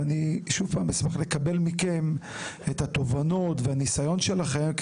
ואשמח לקבל מכם את התובנות ואת הניסיון שלכם,